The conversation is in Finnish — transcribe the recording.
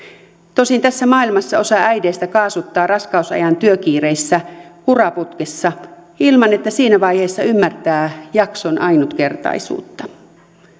tosin tässä maailmassa osa äideistä kaasuttaa raskausajan työkiireissä uraputkessa ilman että siinä vaiheessa ymmärtää jakson ainutkertaisuutta